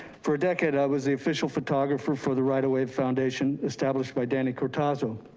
for a decade i was the official photographer for the right away foundation established by danny cortazzo.